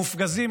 מופגזים.